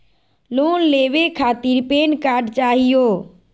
Loan लेवे खातीर PAN card चाहियो?